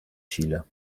chile